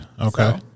okay